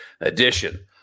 edition